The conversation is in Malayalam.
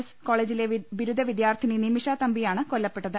എസ് കോളേജിലെ ബിരുദ വിദ്യാർത്ഥിനി നിമിഷ തമ്പി യാണ് കൊല്ലപ്പെട്ടത്